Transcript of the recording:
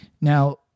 now